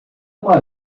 uma